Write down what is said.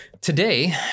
Today